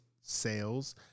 sales